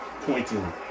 pointing